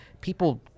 people